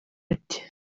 ati